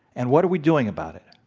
and what are we doing about it?